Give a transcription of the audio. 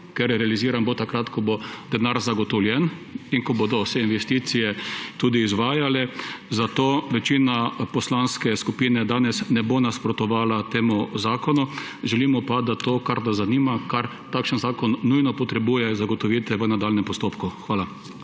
ker realiziran bo takrat, ko bo denar zagotovljen in ko se bodo investicije tudi izvajale. Zato večina poslanske skupine danes ne bo nasprotovala temu zakonu. Želimo pa, da to, kar nas zanima, kar takšen zakon nujno potrebuje, zagotovite v nadaljnjem postopku. Hvala.